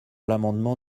l’amendement